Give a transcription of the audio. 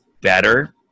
better